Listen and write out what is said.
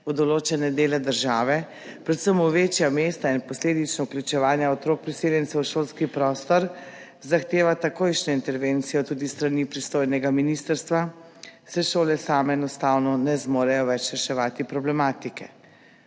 v določene dele države, predvsem v večja mesta, in posledično vključevanja otrok priseljencev v šolski prostor zahteva takojšnjo intervencijo tudi s strani pristojnega ministrstva, saj šole same enostavno ne zmorejo več reševati problematike.«